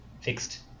fixed